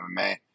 MMA